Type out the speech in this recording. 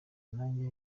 nanjye